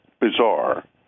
bizarre